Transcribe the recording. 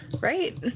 right